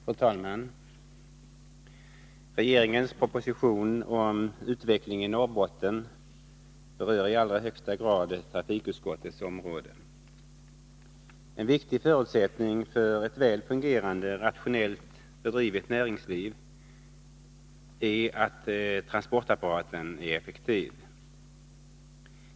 Fru talman! Regeringens proposition om utveckling i Norrbotten berör i allra högsta grad trafikutskottets område. En viktig förutsättning för ett väl fungerande, rationellt bedrivet näringsliv är att transportapparaten är effektiv.